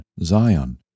Zion